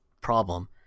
problem